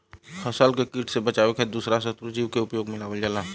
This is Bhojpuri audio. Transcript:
फसल के किट से बचावे खातिर दूसरा शत्रु जीव के उपयोग में लावल जाला